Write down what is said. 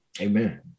Amen